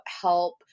help